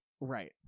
Right